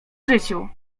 życiu